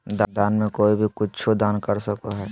दान में कोई भी कुछु दान कर सको हइ